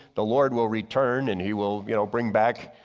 the lord will return and he will you know bring back.